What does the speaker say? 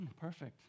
perfect